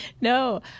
No